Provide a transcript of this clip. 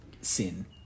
sin